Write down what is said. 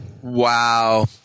Wow